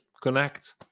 connect